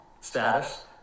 status